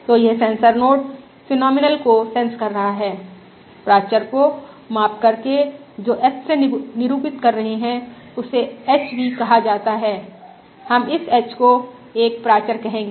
तो यह sensor node phenomenal को सेंस कर रहा है प्राचर को माप करके जो h से निरूपित कर रहे हैं इसे h भी कहा जाता है हम इस h को एक प्राचर कहेंगे